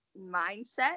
mindset